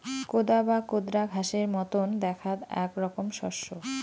কোদা বা কোদরা ঘাসের মতন দ্যাখাত আক রকম শস্য